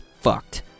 fucked